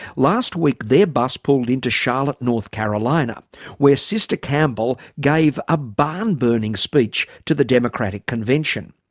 last week their bus pulled in to charlotte, north carolina where sister campbell gave a barn-burning speech to the democratic convention.